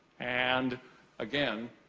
and again,